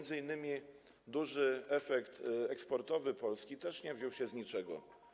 Duży efekt eksportowy Polski też nie wziął się z niczego.